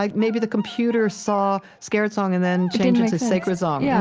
like maybe the computer saw scared song and then changed it to sacred song. yeah